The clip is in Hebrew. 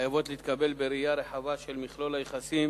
חייבות להתקבל בראייה רחבה של מכלול היחסים